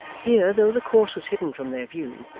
here, though the course was hidden from their view,